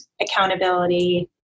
accountability